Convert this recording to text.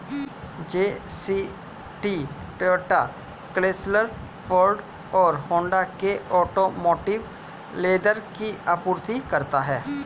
GST Toyota, Chrysler, Ford और Honda के automotive leather की आपूर्ति करता है